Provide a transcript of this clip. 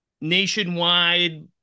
nationwide